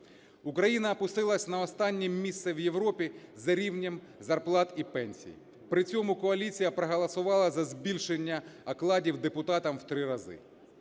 Україна опустилась на останнє місце в Європі за рівнем зарплат і пенсій, при цьому коаліція проголосувала за збільшення окладів депутатам у три рази.